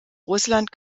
russland